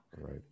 Right